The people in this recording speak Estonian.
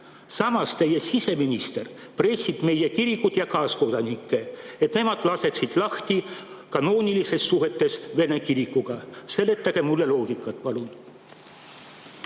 pressib teie siseminister meie kirikuid ja kaaskodanikke, et nemad laseksid lahti kanoonilistest suhetest Vene kirikuga. Seletage mulle selle loogikat palun.